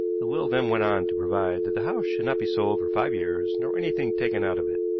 the will then went on to provide that the house should not be sold for five years, nor anything taken out of it.